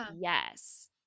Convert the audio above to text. yes